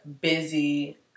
busy